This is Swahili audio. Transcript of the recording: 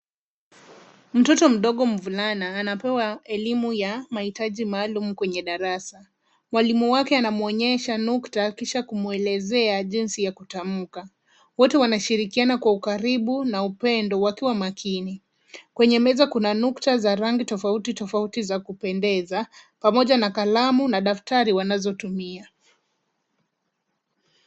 Mtoto mdogo mvulana anapewa elimu ya mahitaji maalum kwenye darasa. Mwalimu wake anamwonyesha nukta kisha kumwelezea jinsi ya kutamka. Wote wanashirikiana kwa ukaribu na upendo wakiwa makini. Kwenye meza kuna nukta za rangi tofauti tofauti za kupendeza, pamoja na kalamu na daftari wanazotumia.